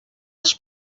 els